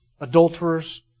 adulterers